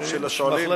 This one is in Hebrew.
גם של השואלים,